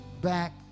back